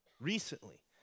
recently